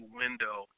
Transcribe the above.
window